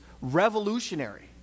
revolutionary